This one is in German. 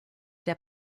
der